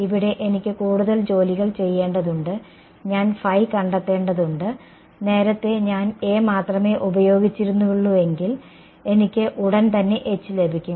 ഇവിടെ എനിക്ക് കൂടുതൽ ജോലികൾ ചെയ്യേണ്ടതുണ്ട് ഞാൻ കണ്ടെത്തേണ്ടതുണ്ട് നേരത്തെ ഞാൻ A മാത്രമേ ഉപയോഗിച്ചിരുന്നുള്ളൂവെങ്കിൽ എനിക്ക് ഉടൻ തന്നെ H ലഭിക്കും